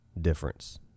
difference